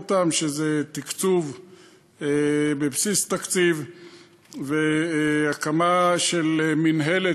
שזה תקצוב בבסיס תקציב והקמה של מינהלת